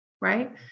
Right